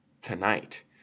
tonight